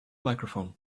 microphone